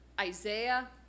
Isaiah